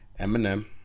eminem